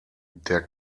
der